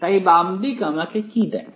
তাই বাম দিক আমাকে কি দেয়